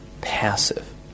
passive